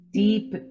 deep